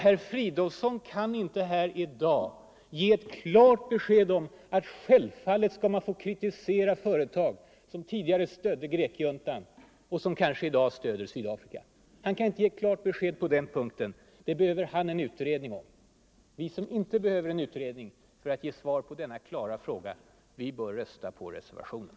Herr Fridolfsson kan alltså inte i dag ge ett klart besked om att man skall få kritisera företag som tidigare stödde grekjuntan och som kanske i dag stöder Sydafrika. Han kan inte ge klart besked på den punkten. Det behöver han en utredning om. Vi som inte behöver en utredning för att ge svar på denna klara fråga bör rösta för reservationen.